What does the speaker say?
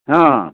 हँ